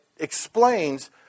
explains